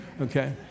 Okay